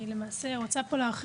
אני רוצה להשלים פה